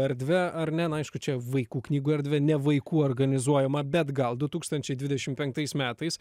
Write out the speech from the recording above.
erdve ar ne na aišku čia vaikų knygų erdvė ne vaikų organizuojama bet gal du tūkstančiai dvidešim penktais metais